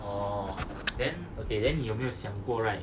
okay then 你有没有想过 right